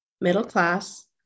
middle-class